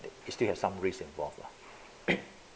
they you still have some risk involved lah